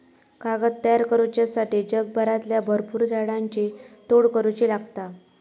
कागद तयार करुच्यासाठी जगभरातल्या भरपुर झाडांची तोड करुची लागता